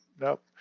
nope